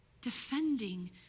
defending